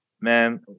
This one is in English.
man